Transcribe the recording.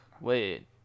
wait